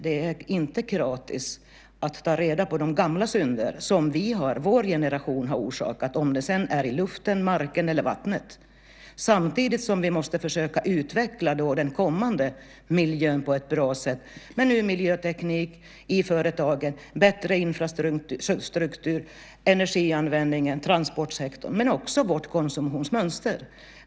Det är inte gratis att ta reda på gamla synder som vår generation har orsakat, i luften, marken eller vattnet. Samtidigt måste vi försöka utveckla den kommande miljön på ett bra sätt med ny miljöteknik i företagen, bättre infrastruktur, energianvändningen, transportsektorn, men också vårt konsumtionsmönster.